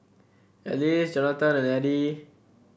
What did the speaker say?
Alyce Jonatan and Eddy